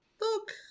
look